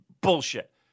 bullshit